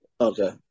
Okay